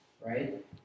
right